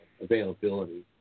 availability